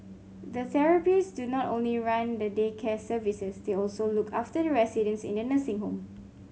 the therapist do not only run the day care services they also look after the residents in the nursing home